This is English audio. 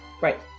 right